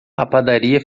padaria